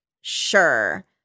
Sure